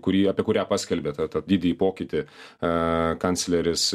kurį apie kurią paskelbė tą tą didįjį pokytį e kancleris